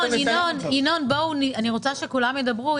ינון, אני רוצה שכולם ידברו.